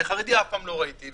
אבל לחרדי לא ראיתי מעולם.